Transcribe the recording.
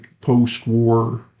post-war